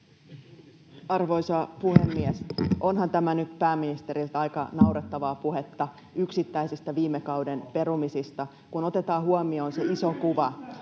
Arvoisa puhemies! Onhan tämä nyt pääministeriltä aika naurettavaa puhetta yksittäisistä viime kauden perumisista, kun otetaan huomioon se iso kuva.